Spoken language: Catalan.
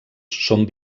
són